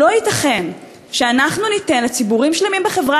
לא ייתכן שאנחנו ניתן לציבורים שלמים בחברה